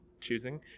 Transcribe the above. choosing